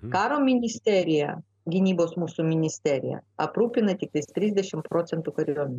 karo ministerija gynybos mūsų ministerija aprūpina tiktais trisdešimt procentų kariuomenės